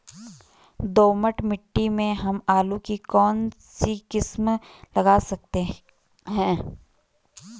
दोमट मिट्टी में हम आलू की कौन सी किस्म लगा सकते हैं?